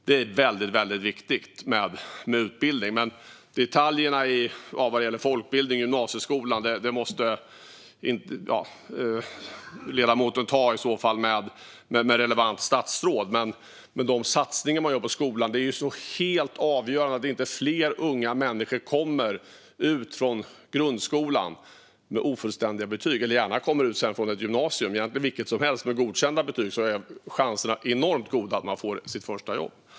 Det är väldigt viktigt med utbildning. Men detaljerna vad gäller folkbildningen och gymnasieskolan får ledamoten ta upp med relevant statsråd. Men de satsningar som görs på skolan är helt avgörande så att inte fler unga människor kommer ut från grundskolan med ofullständiga betyg. Om de kommer ut från ett gymnasium, egentligen vilket som helst, med godkända betyg är chanserna enormt goda att de får sitt första jobb.